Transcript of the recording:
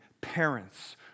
parents